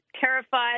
terrified